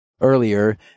earlier